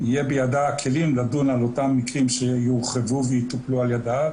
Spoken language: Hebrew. יהיה בידה הכלים לדון באותם כלים שיורחבו ויטופלו על ידה,